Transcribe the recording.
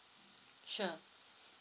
sure